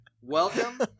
Welcome